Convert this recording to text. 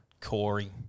Corey